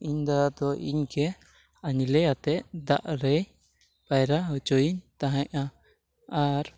ᱤᱧ ᱫᱟᱫᱟ ᱫᱚ ᱤᱧᱜᱮ ᱟᱸᱡᱽᱞᱮᱭᱟᱛᱮᱫ ᱫᱟᱜ ᱨᱮᱭ ᱯᱟᱭᱨᱟ ᱦᱚᱪᱚᱭᱤᱧ ᱛᱮᱦᱮᱸᱫᱼᱟ ᱟᱨ